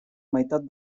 meitat